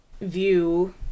view